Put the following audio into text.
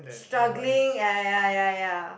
struggling ya ya ya ya